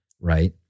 Right